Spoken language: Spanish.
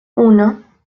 uno